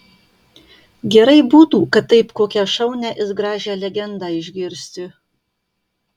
gerai būtų kad taip kokią šaunią ir gražią legendą išgirsti